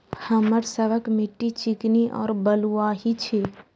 हमर सबक मिट्टी चिकनी और बलुयाही छी?